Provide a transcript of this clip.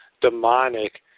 Demonic